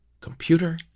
computer